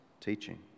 teaching